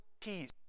peace